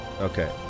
Okay